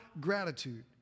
gratitude